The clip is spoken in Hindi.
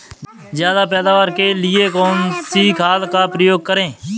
ज्यादा पैदावार के लिए कौन सी खाद का प्रयोग करें?